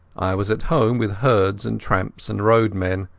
i was at home with herds and tramps and roadmen,